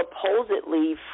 supposedly